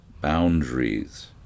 boundaries